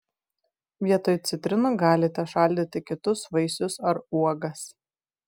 vietoj citrinų galite šaldyti kitus vaisius ar uogas